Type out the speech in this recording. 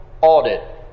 audit